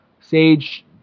Sage